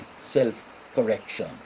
self-correction